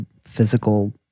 physical